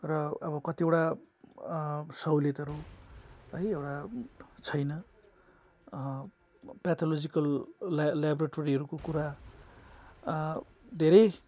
र अब कतिवटा सहुलियतहरू है एउटा छैन पेथोलोजिकल लेबोरोटेरीहरूको कुरा धेरै